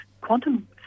quantum